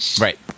Right